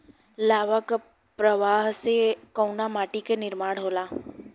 लावा क प्रवाह से कउना माटी क निर्माण होला?